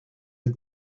had